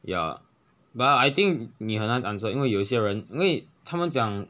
ya but I think 你很难 answer 因为有些人因为他们讲